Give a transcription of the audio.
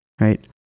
right